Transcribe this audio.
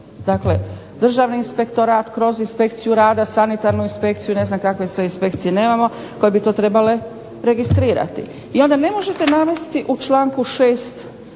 Dakle državni inspektorat kroz inspekciju rada, sanitarnu inspekciju i ne znam kakve sve inspekcije nemamo, koje bi to trebale registrirati. I onda ne možete navesti u članku 6.